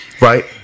Right